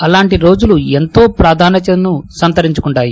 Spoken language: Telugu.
అలాంటి రోజులు ఎంతో ప్రాధాన్యతను సంతరించుకుంటాయి